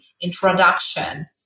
introduction